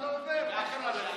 לעזור ואף אחד לא עוזר, מה קרה לך.